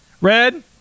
Red